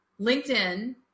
LinkedIn